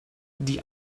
die